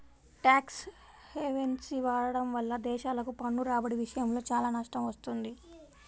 tax హెవెన్ని వాడటం వల్ల దేశాలకు పన్ను రాబడి విషయంలో చాలా నష్టం వస్తుంది